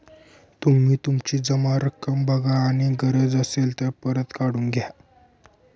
तुम्ही तुमची जमा रक्कम बघा आणि गरज असेल तर परत काढून घ्या